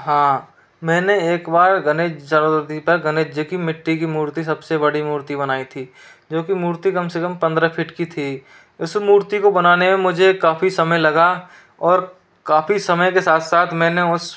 हाँ मैंने एक बार गणेश जल्दी पर गणेश जी की मिट्टी की मूर्ति सबसे बड़ी मूर्ति बनाई थी जो कि मूर्ति कम से कम पंद्रह फीट की थी इस मूर्ति को बनाने में मुझे काफ़ी समय लगा और काफ़ी समय के साथ साथ मैंने